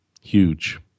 Huge